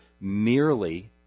merely